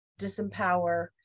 disempower